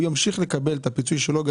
הוא ימשיך לקבל את הפיצוי שלו,